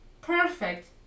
Perfect